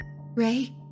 Ray